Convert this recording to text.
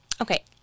Okay